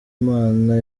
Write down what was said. imana